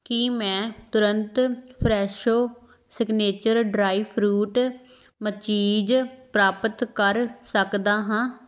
ਕੀ ਮੈਂ ਤੁਰੰਤ Fresho signature dry fruit ਮਚੀਜ਼ ਪ੍ਰਾਪਤ ਕਰ ਸਕਦਾ ਹਾਂ